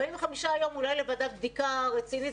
45 יום אולי לוועדת בדיקה רצינית,